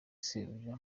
sebuja